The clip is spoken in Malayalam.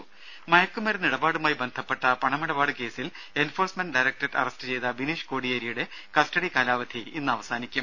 ദേദ മയക്കുമരുന്ന് ഇടപാടുമായി ബന്ധപ്പെട്ട പണമിടപാട് കേസിൽ എൻഫോഴ്സ്മെന്റ് ഡയറക്ടറേറ്റ് അറസ്റ്റ് ചെയ്ത ബിനീഷ് കോടിയേരിയുടെ കസ്റ്റഡി കാലാവധി ഇന്ന് അവസാനിക്കും